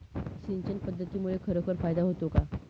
सिंचन पद्धतीमुळे खरोखर फायदा होतो का?